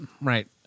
right